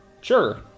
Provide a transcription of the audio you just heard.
sure